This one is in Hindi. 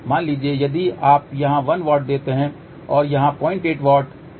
मान लीजिए यदि आप यहां 1 W देते हैं और यहां 08 W